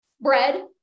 bread